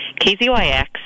KZYX